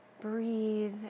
breathe